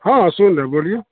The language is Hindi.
हाँ सुन रहा हूँ बोलिए